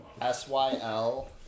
S-Y-L-